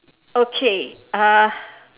okay uh